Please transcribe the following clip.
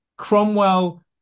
Cromwell